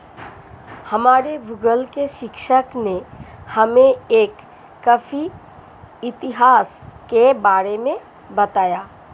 हमारे भूगोल के शिक्षक ने हमें एक कॉफी इतिहास के बारे में बताया